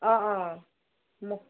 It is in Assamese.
অঁ অঁ মোক